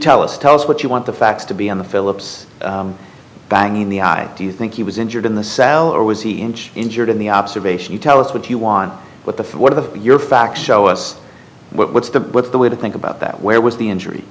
tell us tell us what you want the facts to be on the philips banging the i do you think he was injured in the saddle or was he inch injured in the observation you tell us what you want but the one of your facts show us what's the what's the way to think about that where was the injury